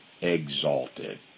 exalted